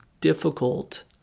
difficult